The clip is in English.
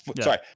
sorry